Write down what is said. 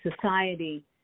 society